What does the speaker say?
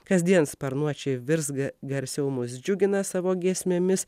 kasdien sparnuočiai visgi garsiau mus džiugina savo giesmėmis